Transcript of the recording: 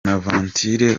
bonaventure